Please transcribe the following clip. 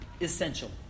essential